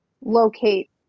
locate